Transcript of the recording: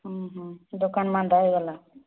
ହ ହଁ ଦୋକାନ ମାନ୍ଦା ହେଇଗଲା